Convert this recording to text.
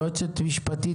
יועצת משפטית,